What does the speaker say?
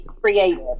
creative